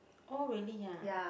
oh really ah